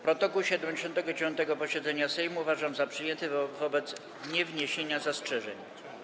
Protokół 79. posiedzenia Sejmu uważam za przyjęty wobec niewniesienia zastrzeżeń.